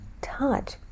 touch